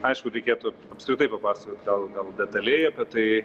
aišku reikėtų apskritai papasakot gal gal detaliai apie tai